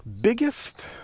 biggest